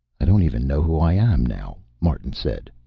i don't even know who i am, now, martin said.